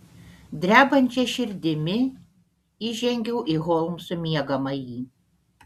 drebančia širdimi įžengiau į holmso miegamąjį